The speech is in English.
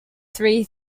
three